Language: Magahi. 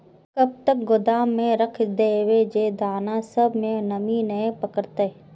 कब तक गोदाम में रख देबे जे दाना सब में नमी नय पकड़ते?